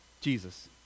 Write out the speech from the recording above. Jesus